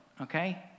Okay